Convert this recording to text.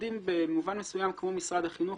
במובן מסוים אנחנו עובדים כמו משרד החינוך